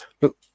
look